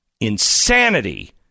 Insanity